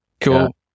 Cool